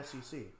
SEC